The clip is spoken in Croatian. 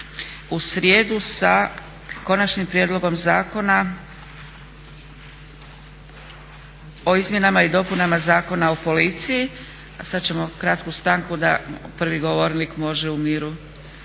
u srijedu sa Konačnim prijedlogom zakona o izmjenama i dopunama Zakona o policiji, a sad ćemo kratku stanku da prvi govornik može u miru